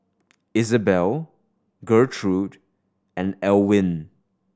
Izabelle Gertrude and Elwin